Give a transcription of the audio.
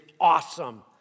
awesome